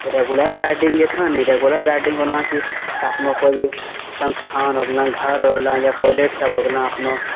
आरो regular gardening जे छऽ ने रेगुलर गार्डनिंगमे होलऽ की अपना कोई भी संस्थान हो गेलौं घर हो गेलौं या कॉलेज सब हो गेलौं अपनो